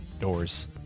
doors